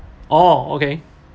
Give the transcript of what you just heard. oh okay